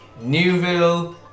Newville